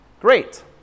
great